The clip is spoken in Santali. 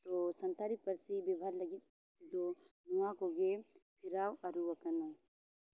ᱟᱵᱚ ᱥᱟᱱᱛᱟᱲᱤ ᱯᱟᱹᱨᱥᱤ ᱵᱮᱵᱷᱟᱨ ᱞᱟᱹᱜᱤᱫ ᱫᱚ ᱱᱚᱣᱟ ᱠᱚᱜᱮ ᱯᱷᱮᱨᱟᱣ ᱟᱹᱨᱩ ᱟᱠᱟᱱᱟ